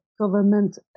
government